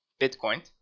bitcoin